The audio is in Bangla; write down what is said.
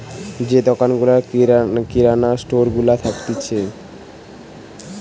যে দোকান গুলা কিরানা স্টোর গুলা থাকতিছে